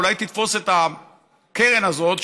אולי תתפוס את הקרן הזאת,